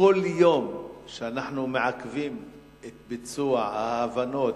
כל יום שאנחנו מעכבים את ביצוע ההבנות